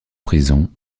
prison